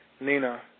Nina